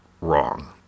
wrong